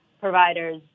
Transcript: providers